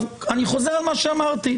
אני חוזר על מה שאמרתי,